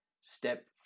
Step